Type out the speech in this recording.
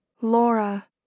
Laura